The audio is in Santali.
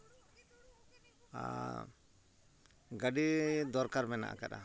ᱜᱟᱹᱰᱤ ᱫᱚᱨᱠᱟᱨ ᱢᱮᱱᱟᱜ ᱟᱠᱟᱫᱼᱟ